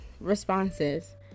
responses